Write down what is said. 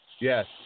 Yes